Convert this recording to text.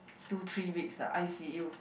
two three weeks ah i_c_u